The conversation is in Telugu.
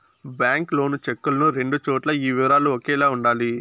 బ్యాంకు లోను చెక్కులను రెండు చోట్ల ఈ వివరాలు ఒకేలా ఉండాలి